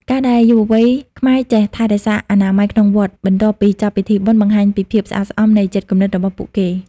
ការដែលយុវវ័យខ្មែរចេះ "ថែរក្សាអនាម័យក្នុងវត្ត" បន្ទាប់ពីចប់ពិធីបុណ្យ បង្ហាញពីភាពស្អាតស្អំនៃចិត្តគំនិតរបស់ពួកគេ។